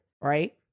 right